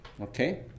Okay